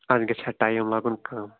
اَتھ گژھِ ہہ ٹایِم لَگُن کَم